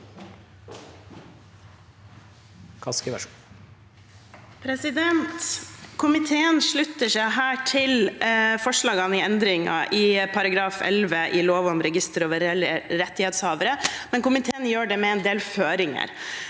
Komiteen slutter seg til forslagene om endringer i § 11 i lov om register over reelle rettighetshavere, men komiteen gjør det med en del føringer.